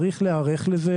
צריך להיערך לזה,